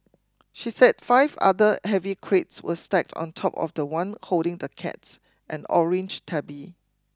she said five other heavy crates were stacked on top of the one holding the cat an orange tabby